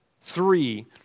Three